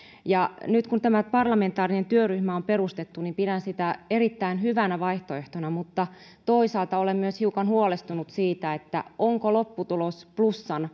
nyt kun tämä parlamentaarinen työryhmä on perustettu niin pidän sitä erittäin hyvänä vaihtoehtona mutta toisaalta olen myös hiukan huolestunut siitä onko lopputulos plus